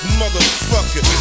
motherfucker